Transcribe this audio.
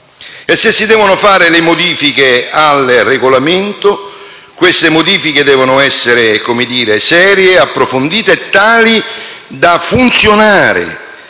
Se si devono fare modifiche al Regolamento, esse devono essere serie, approfondite e tali da funzionare